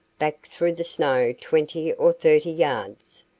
back through the snow twenty or thirty yards,